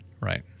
Right